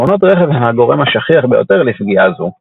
תאונות רכב הן הגורם השכיח ביותר לפגיעה זו.